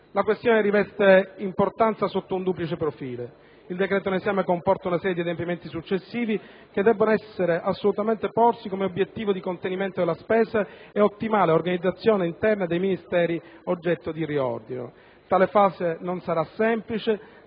La questione riveste importanza sotto un duplice profilo: il decreto in esame comporta una serie di adempimenti successivi che debbono assolutamente porsi come obiettivo di contenimento della spesa e l'ottimale organizzazione interna dei Ministeri oggetto di riordino. Tale fase non sarà semplice,